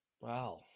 Wow